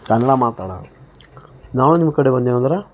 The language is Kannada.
ಕನ್ನಡ ಮಾತಾಡೋಣ ನಾವು ನಿಮ್ಮ ಕಡೆ ಬಂದೇವಂದ್ರೆ